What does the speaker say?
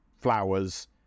flowers